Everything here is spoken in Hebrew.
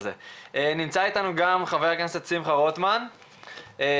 נמצא אתנו חבר הכנסת שמחה רוטמן מביתו,